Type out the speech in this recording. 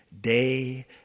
day